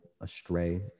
astray